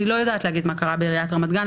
אני לא יודעת להגיד מה קרה בעיריית רמת גן.